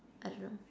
I don't know